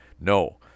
no